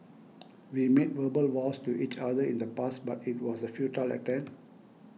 we made verbal vows to each other in the past but it was a futile attempt